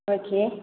okay